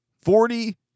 Forty